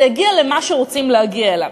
זה הגיע למה שרוצים להגיע אליו,